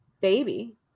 baby